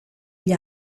gli